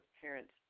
parents